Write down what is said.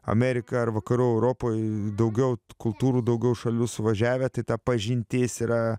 amerika ar vakarų europoj daugiau kultūrų daugiau šalių suvažiavę tai ta pažintis yra